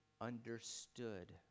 understood